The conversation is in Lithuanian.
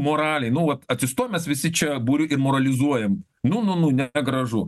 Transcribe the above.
moraliai nu vat atsistojom mes visi čia būriu ir moralizuojam nu nu nu negražu